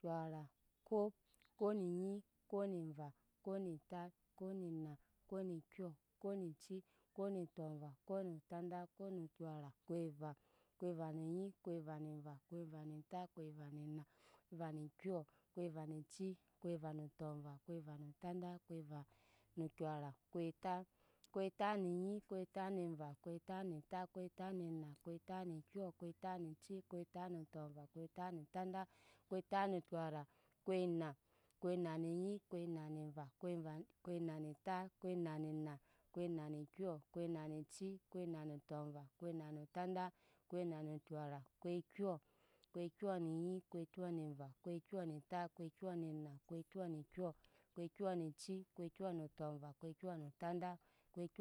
kyɔra, okop, kop, ne nyi, kop ne va, kop ne tat, kop ne na, kop ne kyɔ, kop ne cii, kop ne ɔmva, kop ne tɔndat, kop ne kyɔra, koiva, koiva ne nyi, koiva ne va, koiva ne tat, koivane na, koiva ne kyɔ, koiva na cii, koiva no tɔmva, koiva no dondat, koiva no kyɔra, koitat, koitat ne nyi, koitat ne va, koitat ne tat n nyi, koitat ne va, koitat ne tat, koitat ne na, koitat ne kyɔ, koitat ne cii, koitat ne tɔmva, koitat ne tɔndat, koitat ne kyɔra kai na, koina, koina ne nyi, koina ne va, koive koi na ne tat, koina ne va, koina ne kyɔ, koine ne cii, koina ne tɔmva, koina no dɔndat, koina ne kyɔra, koikyɔ ne nyi, koikyɔ ne va, koi kyɔ ne tat, koikyɔ ne na, koiyɔ ne kyɔ, koikyɔ e cii, koikyɔ ne tɔm va, koikyɔ ne tɔndat, koikyɔ